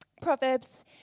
Proverbs